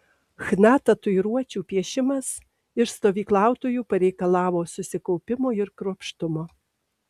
chna tatuiruočių piešimas iš stovyklautojų pareikalavo susikaupimo ir kruopštumo